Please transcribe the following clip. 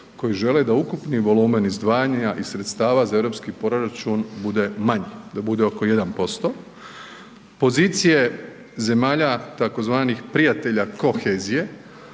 koji žele da ukupni volumen izdvajanja iz sredstava za europski proračun da bude manji da bude oko 1%. Pozicije zemalja tzv. prijatelja kohezije